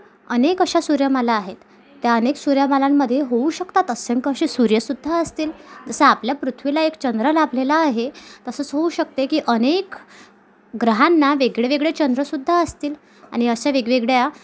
अनेक अशा सूर्यमाला आहेत त्या अनेक सूर्यमालांमधे होऊ शकतात असंख्य असे सूर्य सुद्धा असतील जसं आपल्या पृथ्वीला एक चंद्र लाभलेला आहे तसंच होऊ शकते की अनेक ग्रहांना वेगळे वेगळे चंद्र सुद्धा असतील आणि अशा वेगवेगळया